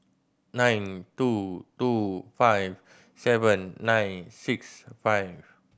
nine two two five seven nine six five